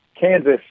Kansas